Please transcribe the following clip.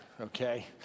Okay